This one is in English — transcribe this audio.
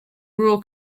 rural